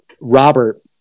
Robert